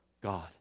God